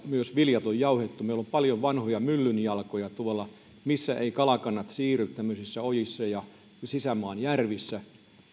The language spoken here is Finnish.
myös viljat on jauhettu meillä on paljon vanhoja myllynjalkoja tuolla missä eivät kalakannat siirry tämmöisissä ojissa ja sisämaan järvissä